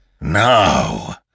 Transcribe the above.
Now